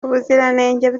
ubuziranenge